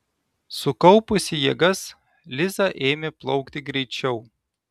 sukaupusi jėgas liza ėmė plaukti greičiau